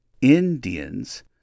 Indians